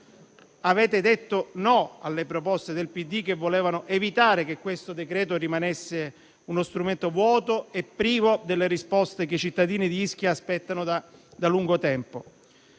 Avete detto «no» alle proposte del PD che volevano evitare che questo decreto-legge rimanesse uno strumento vuoto e privo delle risposte che i cittadini di Ischia aspettano da lungo tempo.